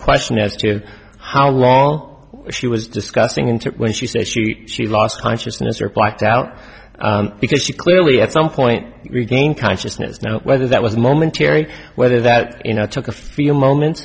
question as to how long she was discussing into it when she said she she lost consciousness or blacked out because she clearly at some point regained consciousness now whether that was a momentary whether that you know took a few moment